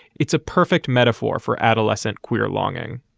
it's a perfect metaphor for adolescent queer longing.